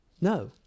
No